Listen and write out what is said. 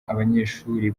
abanyeshuri